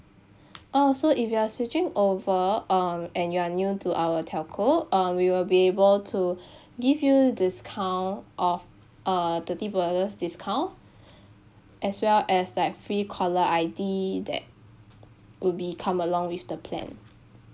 oh so if you are switching over um and you are new to our telco um we will be able to give you discount of uh thirty dollars discount as well as like free caller I_D that will be come along with the plan